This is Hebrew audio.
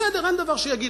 בסדר, אין דבר, שיגיד.